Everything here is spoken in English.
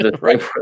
Right